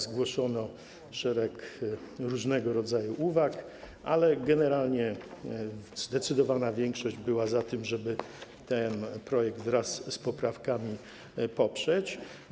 Zgłoszono szereg różnego rodzaju uwag, ale generalnie zdecydowana większość była za tym, żeby ten projekt wraz z poprawkami poprzeć.